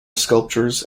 sculptures